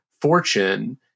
fortune